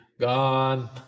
Gone